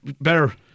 better